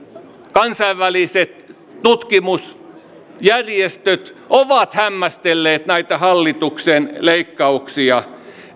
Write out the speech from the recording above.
kansainväliset tutkimusjärjestöt ovat hämmästelleet näitä hallituksen leikkauksia